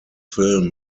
film